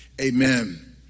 Amen